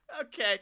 Okay